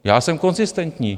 Já jsem konzistentní.